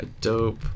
dope